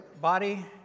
body